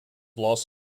los